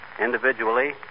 individually